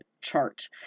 chart